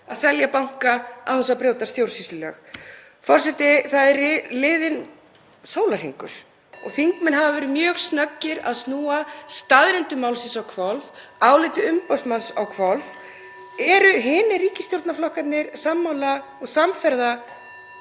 að selja banka án þess að brjóta stjórnsýslulög. Forseti. Það er liðinn sólarhringur og þingmenn hafa verið mjög snöggir að snúa staðreyndum málsins á hvolf, áliti umboðsmanns á hvolf. Eru hinir ríkisstjórnarflokkarnir sammála og samferða